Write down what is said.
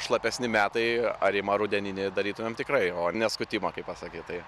šlapesni metai arimą rudenininį darytumėm tikrai o ne skutimą kaip pasakyt tai